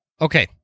Okay